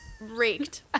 raked